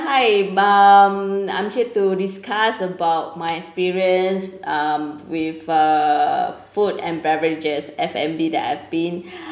hi um I'm here to discuss about my experience um with uh food and beverages F&B that I've been